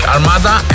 Armada